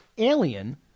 alien